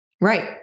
right